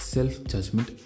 Self-judgment